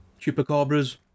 Chupacabras